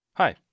Hi